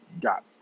got